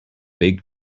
big